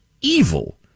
evil